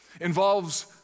involves